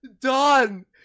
done